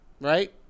right